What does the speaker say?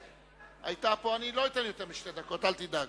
אני לא אתן יותר משתי דקות, אל תדאג.